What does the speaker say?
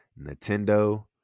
Nintendo